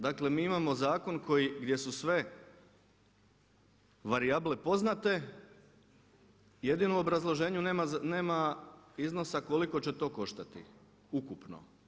Dakle mi imamo zakon gdje su sve varijable poznate jedino u obrazloženju nema iznosa koliko će to koštati ukupno.